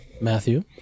Matthew